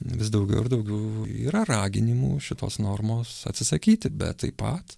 vis daugiau ir daugiau yra raginimų šitos normos atsisakyti bet taip pat